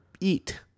eat